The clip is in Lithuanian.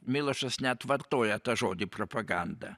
milošas net vartoja tą žodį propaganda